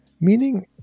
Meaning